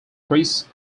chris